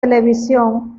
televisión